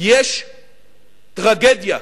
יש טרגדיה,